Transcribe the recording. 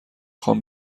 خوام